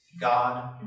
God